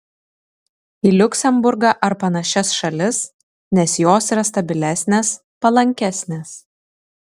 į liuksemburgą ar panašias šalis nes jos yra stabilesnės palankesnės